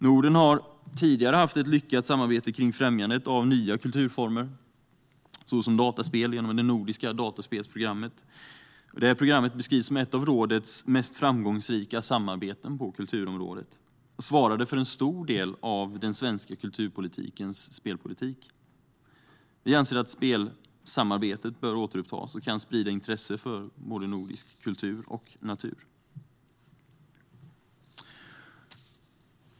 Norden har tidigare haft ett lyckat samarbete kring främjandet av nya kulturformer såsom dataspel genom Nordiska dataspelsprogrammet. Det programmet beskrivs som ett av rådets mest framgångsrika samarbeten på kulturområdet och svarade för en stor del av den svenska kulturpolitikens spelpolitik. Vi anser att spelsamarbetet bör återupptas och kan sprida intresse för nordisk kultur och natur.